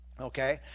Okay